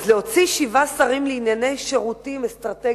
אז להוציא שבעה שרים לענייני שירותים-אסטרטגיה-לוגיסטיקה,